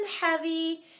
heavy